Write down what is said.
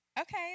okay